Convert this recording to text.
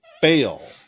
fail